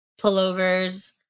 pullovers